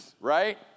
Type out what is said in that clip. right